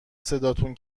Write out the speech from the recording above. صداتون